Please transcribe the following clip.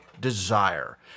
desire